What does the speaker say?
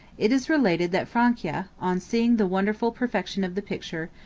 it is related that francia, on seeing the wonderful perfection of the picture,